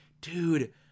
dude